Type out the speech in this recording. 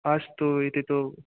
अस्तु इति तु